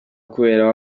kubera